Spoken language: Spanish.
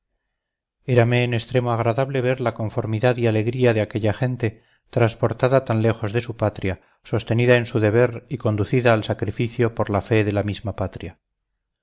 érame en extremo agradable ver la conformidad y alegría de aquella gente transportada tan lejos de su patria sostenida en su deber y conducida al sacrificio por la fe de la misma patria